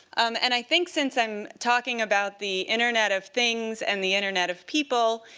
um and i think since i'm talking about the internet of things and the internet of people,